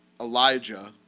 Elijah